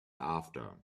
after